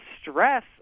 stress